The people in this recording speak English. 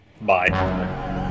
Bye